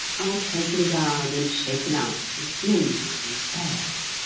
are taken down and shaken out, and mended, and aired.